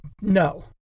no